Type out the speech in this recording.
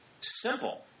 simple